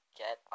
get